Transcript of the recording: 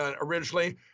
originally